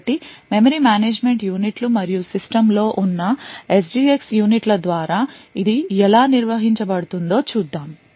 కాబట్టి memory management unit లు మరియు సిస్టమ్లో ఉన్న SGX యూనిట్ల ద్వారా ఇది ఎలా నిర్వహించబడుతుందో చూద్దాం